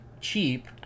cheap